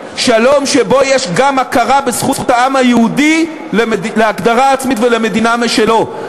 שלום שבו יש גם הכרה בזכות העם היהודי להגדרה עצמית ולמדינה משלו.